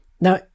Now